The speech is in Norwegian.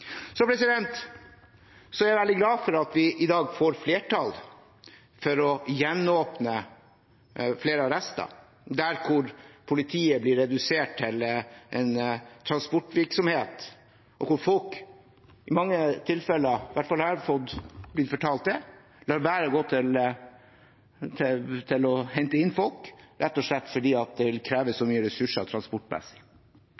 Så er jeg veldig glad for at vi i dag får flertall for å gjenåpne flere arrester der hvor politiet blir redusert til en transportvirksomhet, og hvor de i mange tilfeller – i hvert fall er jeg blitt fortalt det – lar være å gå til det skritt å hente inn folk, rett og slett fordi det vil kreve så